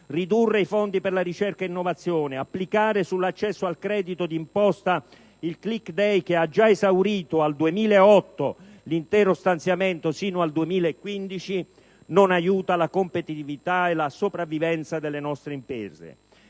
ridurre i fondi per la ricerca e innovazione, applicare sull'accesso al credito d'imposta il *click day*, che ha già esaurito al 2008 l'intero stanziamento fino al 2015, non aiuti la competitività e la sopravvivenza delle nostre imprese,